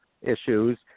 issues